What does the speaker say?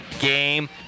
game